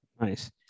nice